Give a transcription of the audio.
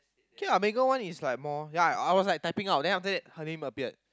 K lah Megan one is like more ya I was typing out then after that her name appeared